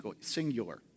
singular